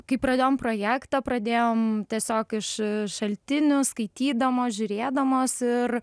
kai pradėjom projektą pradėjom tiesiog iš šaltinių skaitydamos žiūrėdamos ir